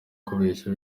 kubeshya